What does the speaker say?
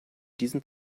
diesem